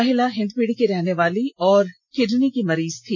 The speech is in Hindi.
महिला हिन्दपीढ़ी की रहने वाली और किडनी की मरीज थी